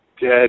dead